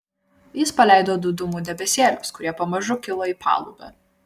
jis paleido du dūmų debesėlius kurie pamažu kilo į palubę